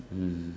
um